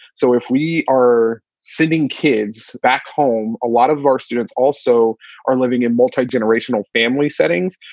so if we are sitting kids back home, a lot of our students also are living in multigenerational family settings.